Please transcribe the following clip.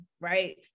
right